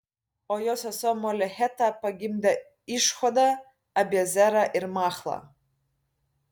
o jo sesuo molecheta pagimdė išhodą abiezerą ir machlą